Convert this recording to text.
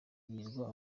yirirwa